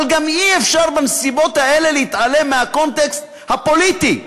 אבל גם אי-אפשר בנסיבות האלה להתעלם מהקונטקסט הפוליטי,